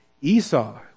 Esau